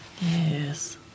yes